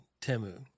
Temu